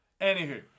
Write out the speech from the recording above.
Anywho